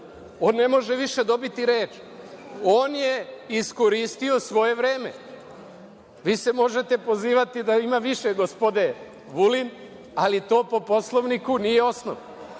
on ne može više dobiti reč. One je iskoristio svoje vreme. Vi se možete pozivati da imate više gospode Vulin, ali to po Poslovniku nije osnov.